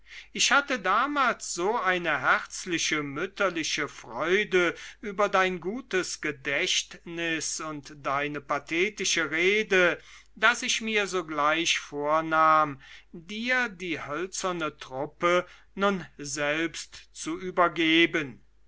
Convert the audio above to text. ich hatte damals so eine herzliche mütterliche freude über dein gutes gedächtnis und deine pathetische rede daß ich mir sogleich vornahm dir die hölzerne truppe nun selbst zu übergeben